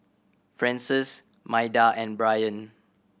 Frances Maida and Brien